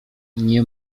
nie